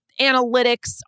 analytics